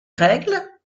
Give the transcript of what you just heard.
règles